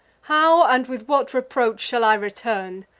how, and with what reproach, shall i return?